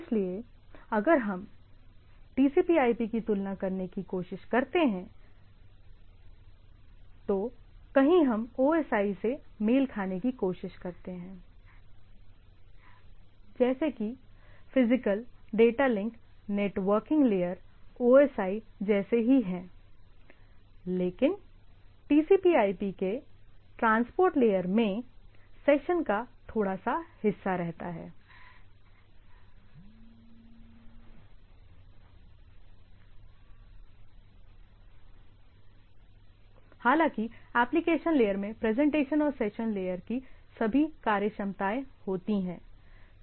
इसलिए अगर हम TCPIP की तुलना करने की कोशिश करते हैं तो कहीं हम ओ एस आई से मेल खाने की कोशिश करते हैं जैसे कि physical data link networking layer OSI जैसे ही हैं लेकिन TCPIP के ट्रांसपोर्ट लेयर में सेशन का थोड़ा सा हिस्सा रहता है हालांकि एप्लीकेशन लेयर में प्रेजेंटेशन और सेशन लेयर की सभी कार्यक्षमताए होती हैं